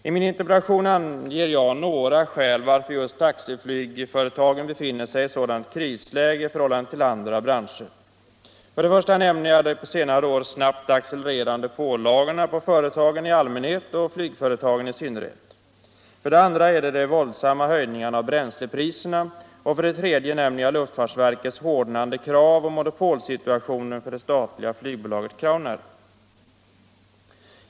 I min interpellation anger jag några skäl varför just taxiflygföretagen befinner sig i ett sådant krisläge i förhållande till andra branscher. För det första nämner jag de under senare år snabbt accelererande pålagorna på företagen i allmänhet och flygföretagen i synnerhet. För det andra är det de våldsamma höjningarna av bränslepriserna, och för det tredje nämner jag luftfartsverkets hårdnande krav och monopolsituationen för det statliga flygbolaget Crownair.